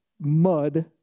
mud